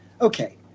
Okay